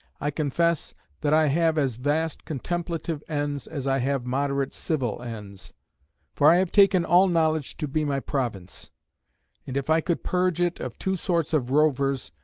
i confess that i have as vast contemplative ends as i have moderate civil ends for i have taken all knowledge to be my province and if i could purge it of two sorts of rovers,